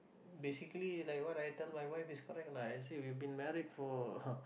basically like what I tell my wife is correct lah I say we been married for